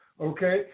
okay